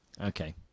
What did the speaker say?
Okay